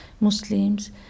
Muslims